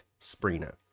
Sprina